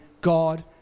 God